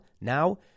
Now